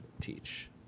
teach